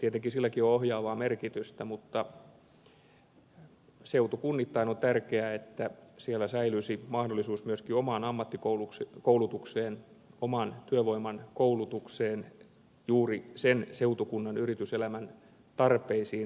tietenkin silläkin on ohjaavaa merkitystä mutta seutukunnittain on tärkeää että siellä säilyisi mahdollisuus myöskin omaan ammattikoulutukseen oman työvoiman koulutukseen juuri sen seutukunnan yrityselämän tarpeisiin